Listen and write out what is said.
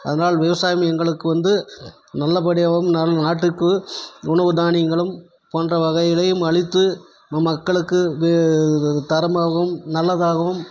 அதனால் விவசாயம் எங்களுக்கு வந்து நல்லபடியாகவும் நம் நாட்டுக்கு உணவு தானியங்களும் போன்ற வகைகளையும் அளித்து நம் மக்களுக்கு வே இது ஒரு தரமாகவும் நல்லதாகவும்